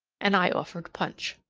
and i offered punch.